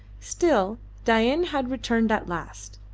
still, dain had returned at last.